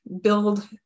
build